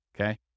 okay